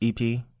EP